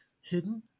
hidden